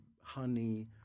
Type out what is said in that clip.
honey